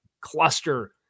cluster